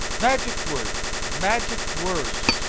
magic words! magic words!